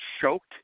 choked